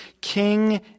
King